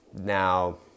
Now